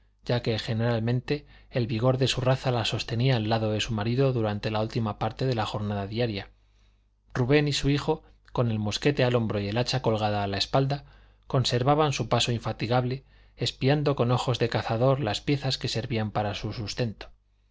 ya que generalmente el vigor de su raza la sostenía al lado de su marido durante la última parte de la jornada diaria rubén y su hijo con el mosquete al hombro y el hacha colgada a la espalda conservaban su paso infatigable espiando con ojos de cazador las piezas que servían para su sustento